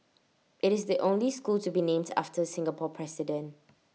IT is the only school to be named after Singapore president